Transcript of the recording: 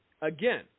again